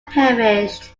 perished